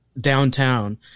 downtown